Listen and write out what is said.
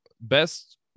best